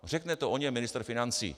Řekne to o něm ministr financí.